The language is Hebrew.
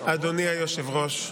אדוני היושב-ראש.